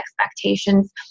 expectations